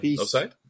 outside